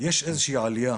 יש איזושהי עלייה,